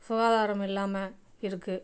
சுகாதாரம் இல்லாமல் இருக்குது